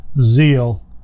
zeal